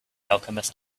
alchemist